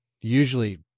usually